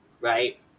Right